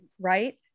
right